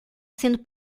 sendo